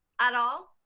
at all?